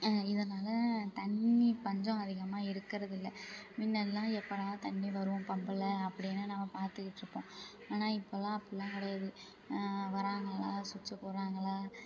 இதனால் தண்ணி பஞ்சம் அதிகமாக இருக்கிறது இல்லை முன்னல்லாம் எப்போடா தண்ணி வரும் பம்பில் அப்படின்னு நாம் பார்த்துட்டு இருப்போம் ஆனால் இப்போல்லாம் அப்படிலாம் கிடையாது வராங்களா ஸ்விட்ச்சை போகிறாங்களா